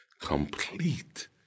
complete